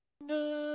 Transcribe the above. No